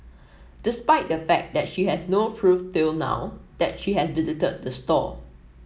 despite the fact that she has no proof till now that she has visited the store